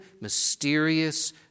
mysterious